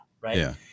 Right